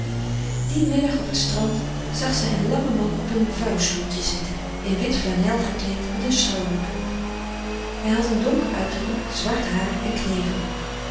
dien middag op t strand zag zij een langen man op een vouwstoeltje zitten in wit flanel gekleed met een stroohoed op hij had een donker uiterlijk zwart haar en knevel